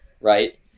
right